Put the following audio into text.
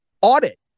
audit